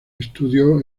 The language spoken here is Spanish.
estudió